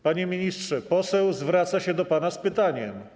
Panie ministrze, poseł zwraca się do pana z pytaniem.